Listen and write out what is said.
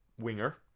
winger